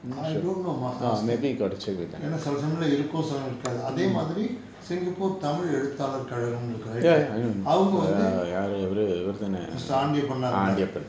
I don't know must ask them you know சில சமயம் இருக்கும் சில நேரம் இருக்காது அதே மாதிரி:sila samayam irukum sila neram irukkaathu athe mathiri singapore tamil எழுத்தாளர் கழகம் னு இருக்கு:eluthaalar kalagamnu irukku right ah அவங்க வந்து:avanga vanthu mister aandiyapanaar